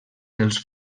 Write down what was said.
dels